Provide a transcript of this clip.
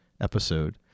episode